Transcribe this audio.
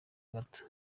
gato